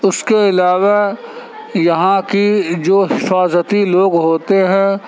اس کے علاوہ یہاں کی جو حفاظتی لوگ ہوتے ہیں